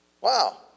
Wow